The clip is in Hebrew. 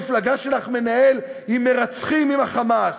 המפלגה שלך מנהל עם מרצחים של ה"חמאס"?